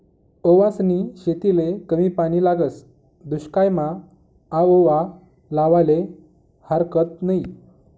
ओवासनी शेतीले कमी पानी लागस, दुश्कायमा आओवा लावाले हारकत नयी